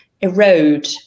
erode